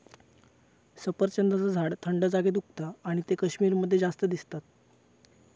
सफरचंदाचा झाड थंड जागेर उगता आणि ते कश्मीर मध्ये जास्त दिसतत